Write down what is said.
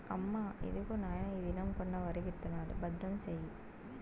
అమ్మా, ఇదిగో నాయన ఈ దినం కొన్న వరి విత్తనాలు, భద్రం సేయి